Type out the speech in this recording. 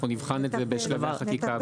אנחנו נבחן את זה בהמשך החקיקה.